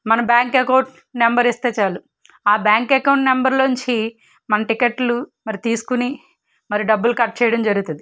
మన bank account number ఇస్తే చాలా ఆ బ్యాంక్ అకౌంట్ నెంబర్లో నుంచి మన టికెట్లు మరి తీసుకుని మరి డబ్బులు కట్ చేయడం జరుగుతుంది